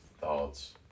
thoughts